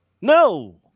No